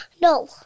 No